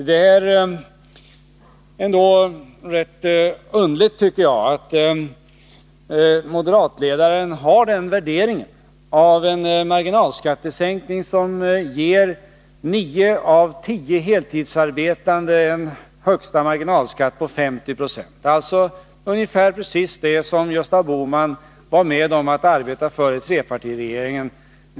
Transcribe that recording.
Det är ändå rätt underligt, tycker jag, att moderatledaren Gösta Bohman har den värderingen av en marginalskattesänkning som ger 9 av 10 heltidsarbetande en högsta marginalskatt på 50 96, alltså precis det som Gösta Bohman ville uppnå i trepartiregeringen.